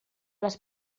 les